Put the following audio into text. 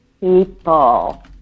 people